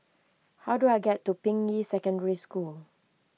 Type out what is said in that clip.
how do I get to Ping Yi Secondary School